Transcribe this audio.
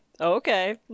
Okay